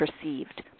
perceived